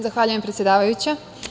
Zahvaljujem, predsedavajuća.